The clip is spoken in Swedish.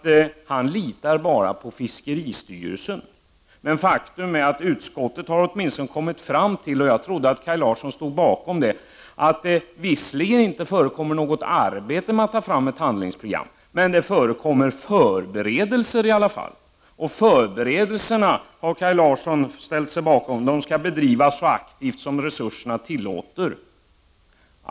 Han litar bara på fiskeristyrelsen. Men faktum är att utskottet har kommit fram till, vilket jag trodde att Kaj Larsson stod bakom, att det visserligen inte förekommer något arbete med att ta fram ett handlingsprogram, men det förekommer i alla fall förberedelser. De förberedelserna har Kaj Larsson ställt sig bakom, och han säger att de skall bedrivas så aktivt som resurserna tillåter.